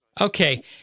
Okay